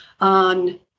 on